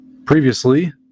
Previously